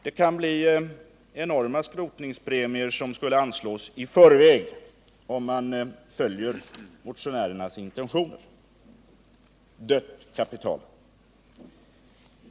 Det kan bli enorma skrotningspremier som skulle anslås i förväg, om man följer motionärernas intentioner — dött kapital.